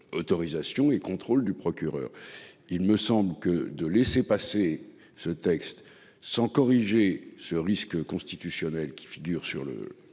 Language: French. Autorisation et contrôle du procureur. Il me semble que de laisser passer ce texte sans corriger ce risque constitutionnel qui figure sur le